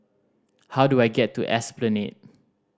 how do I get to Esplanade